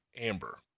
Amber